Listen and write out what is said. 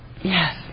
Yes